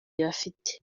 afite